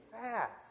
fast